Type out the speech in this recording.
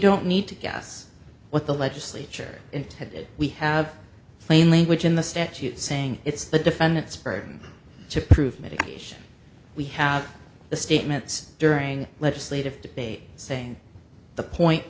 don't need to guess what the legislature intended we have plain language in the statute saying it's the defendant's burden to prove mitigation we have the statements during legislative debate saying the point